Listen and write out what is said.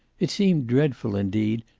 it seemed dreadful, indeed,